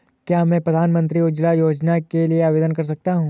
क्या मैं प्रधानमंत्री उज्ज्वला योजना के लिए आवेदन कर सकता हूँ?